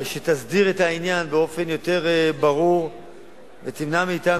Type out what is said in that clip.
שתסדיר את העניין באופן ברור יותר ותמנע מאתנו,